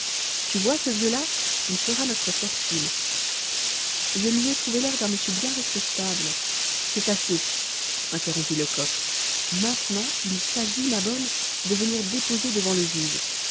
tu vois ce vieux-là il fera notre fortune je lui ai trouvé l'air d'un monsieur bien respectable c'est assez interrompit lecoq maintenant il s'agit ma bonne de venir déposer devant le juge